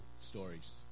stories